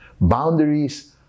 Boundaries